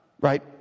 right